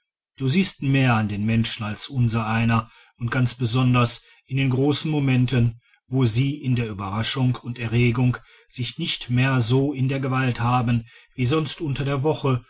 du siehst mehr an den menschen als unsereiner und ganz besonders in den großen momenten wo sie in der überraschung und erregung sich nicht mehr so in der gewalt haben wie sonst unter der woche